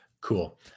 Cool